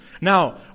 Now